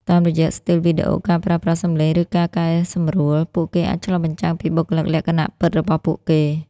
តាមរយៈស្ទីលវីដេអូ ការប្រើប្រាស់សំឡេង ឬការកែសម្រួល ពួកគេអាចឆ្លុះបញ្ចាំងពីបុគ្គលិកលក្ខណៈពិតរបស់ពួកគេ។